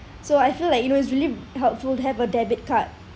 so I feel like you know it's really helpful to have a debit card